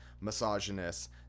misogynist